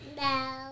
No